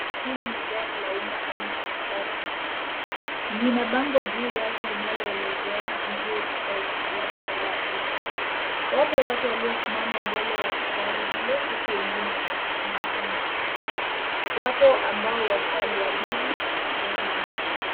Hili ni gari la umma aina ya matatu. Lina bango juu yake linaloelezea njia itakayochukuliwa na hari hilo. Wapo watu waliosimama mbele ya gari hilo huku wengine wamesimama nyuma yake. Wapo ambao washaliabiri gari hilo.